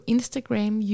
Instagram